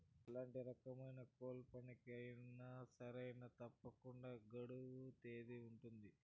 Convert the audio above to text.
ఎలాంటి రకమైన కూపన్లకి అయినా సరే తప్పకుండా గడువు తేదీ ఉంటది